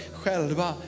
själva